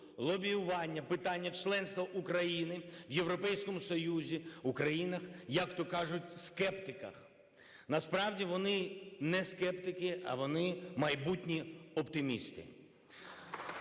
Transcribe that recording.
лобіювання питання членства України в Європейському Союзі, у країнах, як то кажуть, скептиках. Насправді вони не скептики, а вони майбутні оптимісти.